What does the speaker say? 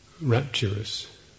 rapturous